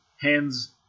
hands